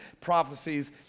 prophecies